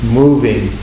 moving